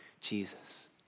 Jesus